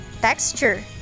Texture